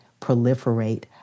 proliferate